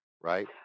Right